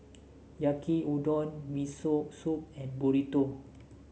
Yaki Udon Miso Soup and Burrito